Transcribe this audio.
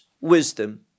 wisdom